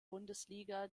bundesliga